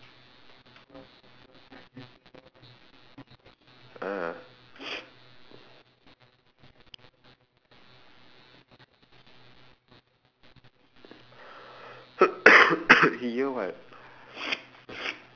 ah he year what